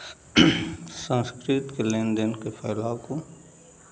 संस्कृत के लेन देन के प्रभाव को